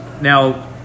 Now